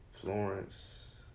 Florence